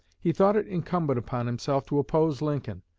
he thought it incumbent upon himself to oppose lincoln,